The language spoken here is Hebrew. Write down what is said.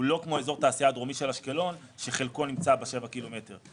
הוא לא כמו אזור תעשייה הדרומי של אשקלון שחלקו נמצא בשבעה קילומטר.